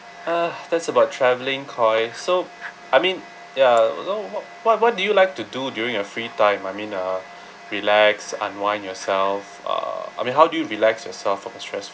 uh that's about travelling koi so I mean ya so what what do you like to do during your free time I mean uh relax unwind yourself uh I mean how do you relax yourself from a stress